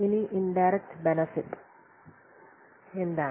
ഇനി indirect benefits എന്താണ്